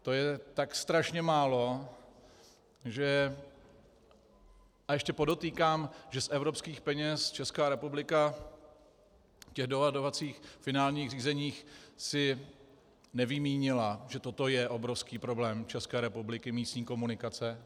To je tak strašně málo, a ještě podotýkám, že z evropských peněz Česká republika v těch dohodovacích finálních řízeních si nevymínila, že toto je obrovský problém České republiky, místní komunikace.